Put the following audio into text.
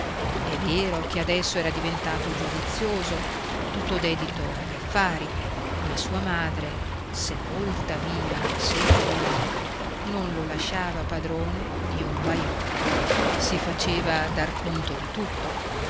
è vero che adesso era diventato giudizioso tutto dedito agli affari ma sua madre sepolta viva nel seggiolone non lo lasciava padrone di un baiocco si faceva dar conto di tutto